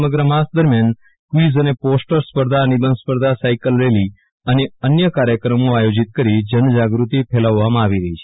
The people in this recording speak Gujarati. સમગ્ર માસ દરમ્યાન ક્વીઝ અને પોસ્ટર સ્પર્ધાનિબંધ સ્પર્ધા સાયકલ રેલી અને અન્ય કાર્યક્રમો આયોજીત કરી જનજાગૃતિ ફેલાવવામાં આવી રહી છે